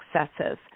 successes